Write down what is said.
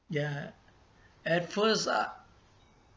ya at first I